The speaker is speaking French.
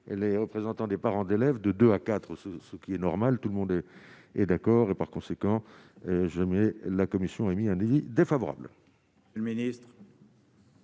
les représentants des parents d'élèves de 2 à 4, ce qui est normal, tout le monde est d'accord, et par conséquent jamais la commission a émis un lit défavorable